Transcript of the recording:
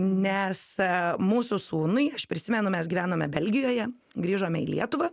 nes mūsų sūnui aš prisimenu mes gyvenome belgijoje grįžome į lietuvą